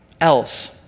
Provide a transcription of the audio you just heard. else